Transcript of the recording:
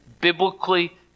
biblically